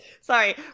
sorry